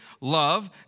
love